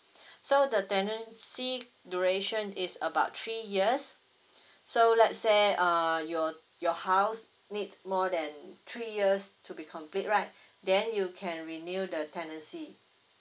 so the tenancy duration is about three years so let's say uh your your house need more than three years to be complete right then you can renew the tenancy